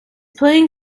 playing